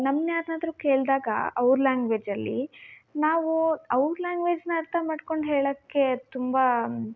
ನಮ್ನ ಯಾರನ್ನಾದ್ರು ಕೇಳಿದಾಗ ಅವ್ರ ಲ್ಯಾಂಗ್ವೇಜಲ್ಲಿ ನಾವು ಅವ್ರ ಲ್ಯಾಂಗ್ವೇಜನ್ನ ಅರ್ಥ ಮಾಡ್ಕೊಂಡು ಹೇಳೋಕೆ ತುಂಬ